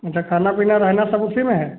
अच्छा खाना पीना रहेना सब उसी में है